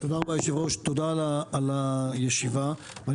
תודה רבה על קיום הישיבה, היושב-ראש.